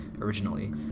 originally